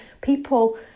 people